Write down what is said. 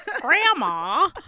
Grandma